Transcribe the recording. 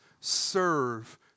serve